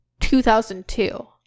2002